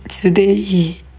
today